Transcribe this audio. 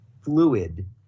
fluid